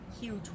huge